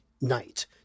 night